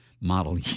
model